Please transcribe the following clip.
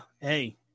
Hey